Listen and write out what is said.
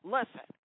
Listen